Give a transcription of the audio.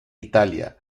italia